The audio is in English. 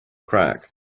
crack